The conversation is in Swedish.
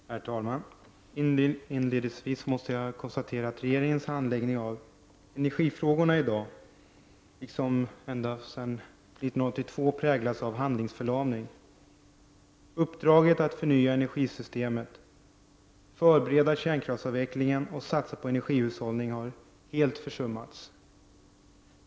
Herr talman! Inledningsvis måste jag konstatera att regeringens handläggning av energifrågorna i dag, liksom alltsedan 1982, präglas av handlingsförlamning. Uppdraget att förnya energisystemet, förbereda kärnkraftsavvecklingen och satsa på energihushållning har helt försummats.